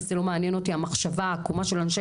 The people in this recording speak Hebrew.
וזה לא מעניין אותי המחשבה העקומה של אנשי